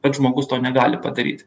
pats žmogus to negali padaryti